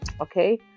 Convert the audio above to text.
okay